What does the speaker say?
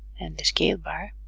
and the scale bar